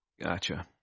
Gotcha